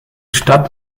stadt